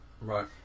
Right